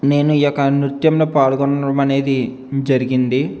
నేను ఈ యొక్క నృత్యంలో పాల్గొనడమనేది జరిగింది